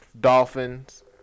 Dolphins